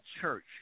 church